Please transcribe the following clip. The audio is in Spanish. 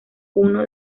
uno